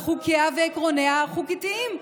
על חוקיה ועקרונותיה החוקתיים,